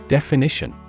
Definition